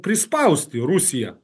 prispausti rusiją